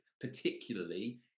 particularly